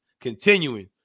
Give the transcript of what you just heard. continuing